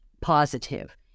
positive